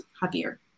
happier